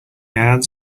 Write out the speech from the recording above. ads